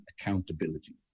accountability